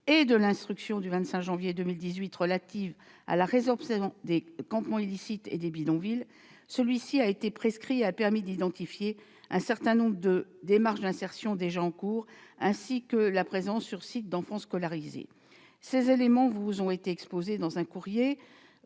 et de l'instruction du 25 janvier 2018 relative à la résorption des campements illicites et des bidonvilles, ce travail a été prescrit. Il a permis d'identifier un certain nombre de démarches d'insertion en cours ainsi que la présence sur site d'enfants scolarisés. D'après les informations dont je dispose,